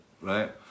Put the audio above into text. right